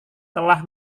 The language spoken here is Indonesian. telah